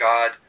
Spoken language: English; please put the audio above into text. God